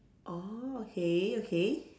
orh okay okay